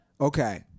Okay